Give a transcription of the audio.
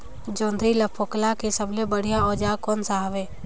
जोंदरी ला फोकला के सबले बढ़िया औजार कोन सा हवे?